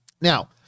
Now